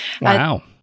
Wow